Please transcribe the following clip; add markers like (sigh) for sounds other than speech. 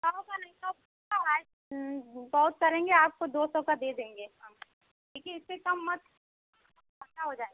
सौ का नहीं तो अढ़ाई बहुत करेंगे आपको दो सौ का दे देंगे हम लेकिन इससे कम मत (unintelligible) घाटा हो जाएगा